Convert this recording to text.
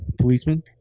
policeman